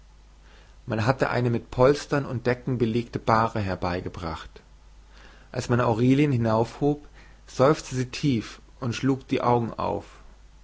man hatte eine mit polstern und decken belegte bahre herbeigebracht als man aurelien hinaufhob seufzte sie tief und schlug die augen auf